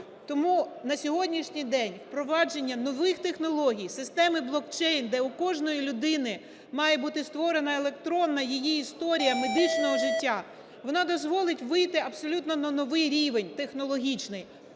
Тому на сьогоднішній день впровадження нових технологій, системи блокчейн, де в кожної людини має бути створена електронна її історія медичного життя, вона дозволить вийти абсолютно на новий рівень технологічний.